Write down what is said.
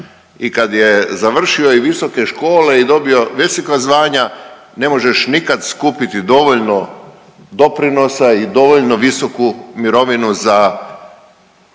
i kad je završio i visoke škole i dobio visoka zvanja ne možeš nikad skupiti dovoljno doprinosa i dovoljno visoku mirovinu za